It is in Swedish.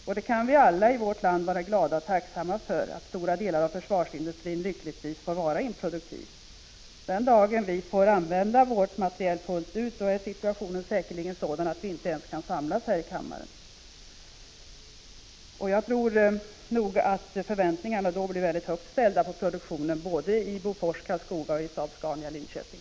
Vi kan i vårt land vara glada och tacksamma för att stora delar av försvarsindustrin lyckligtvis får vara improduktiv. Den dag vi får använda vår försvarsindustri fullt ut är situationen säkerligen sådan att vi inte ens kan samlas här i kammaren. Jag tror att förväntningarna då blir högt ställda på produktionen både vid Bofors i Karlskoga, och vid Saab-Scania i Linköping.